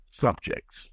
subjects